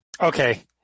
Okay